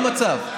המצב,